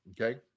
Okay